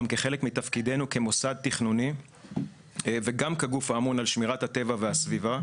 גם כחלק מתפקידנו כמוסד תכנוני וגם כגוף האמון על שמירת הטבע והסביבה,